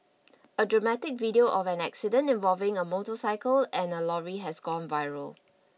a dramatic video of an accident involving a motorcycle and a lorry has gone viral